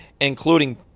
including